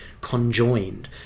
conjoined